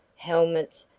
helmets,